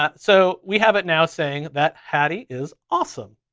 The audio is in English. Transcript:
ah so we have it now saying that hattie is awesome.